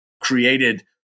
created